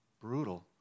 brutal